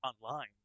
online